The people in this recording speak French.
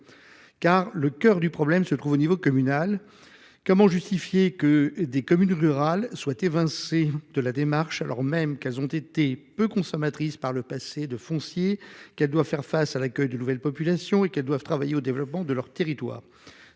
Car le coeur du problème se trouve au niveau communal : comment justifier que des communes rurales soient évincées de la démarche, alors même qu'elles ont été, par le passé, peu consommatrices de foncier, qu'elles doivent faire face à l'accueil de nouvelles populations et travailler au développement de leur territoire ?